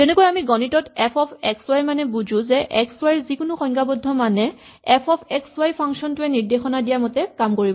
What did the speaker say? যেনেকৈ আমি গণিতত এফ অফ এক্স ৱাই মানে বুজো যে এক্স ৱাই ৰ যিকোনো সংজ্ঞাবদ্ধ মানে f of x y function টোৱে নিৰ্দেশনা দিয়া মতে কাম কৰিব